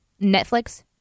Netflix